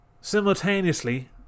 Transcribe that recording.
Simultaneously